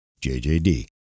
JJD